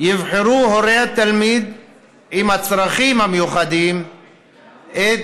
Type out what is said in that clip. יבחרו הורי התלמיד עם הצרכים המיוחדים את